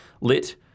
lit